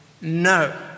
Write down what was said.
no